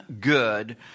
good